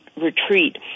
retreat